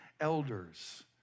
elders